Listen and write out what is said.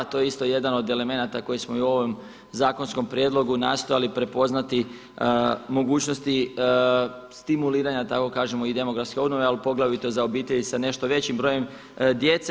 To je isto jedan od elemenata koji smo i u ovom zakonskom prijedlogu nastojali prepoznati mogućnosti stimuliranja, da tako kažemo i demografske obnove, ali poglavito za obitelji s nešto većim brojem djece.